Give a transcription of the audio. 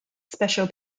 special